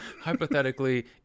hypothetically